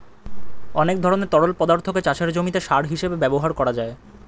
অনেক ধরনের তরল পদার্থকে চাষের জমিতে সার হিসেবে ব্যবহার করা যায়